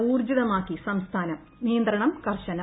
ഊർജ്ജിതമാക്കി സംസ്ഥാനം നീയന്ത്രണം കർശനം